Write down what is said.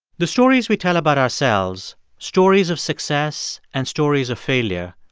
the stories we tell about ourselves, stories of success and stories of failure,